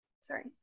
sorry